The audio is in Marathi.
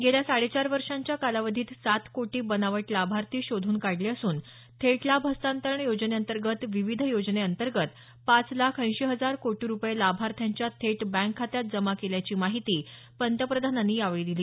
गेल्या साडे चार वर्षांच्या कालावधीत सात कोटी बनावट लाभार्थी शोधून काढले असून थेट लाभ हस्तांतरण योजनेअंतर्गत विविध योजनांतर्गत पाच लाख ऐंशी हजार कोटी रुपये लाभार्थ्यांच्या थेट बँक खात्यात जमा केल्याची माहितीही पंतप्रधानांनी दिली